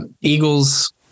Eagles